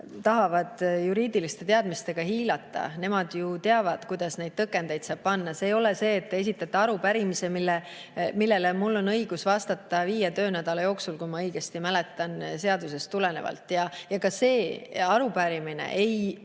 tahavad juriidiliste teadmistega hiilata, nemad ju teavad, kuidas neid tõkendeid saab panna. See ei ole see, et esitate arupärimise, millele mul on õigus vastata viie töönädala jooksul, kui ma õigesti mäletan, seadusest tulenevalt. Ka see arupärimine ei